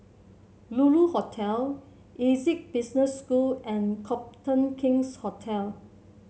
Lulu Hotel Essec Business School and Copthorne King's Hotel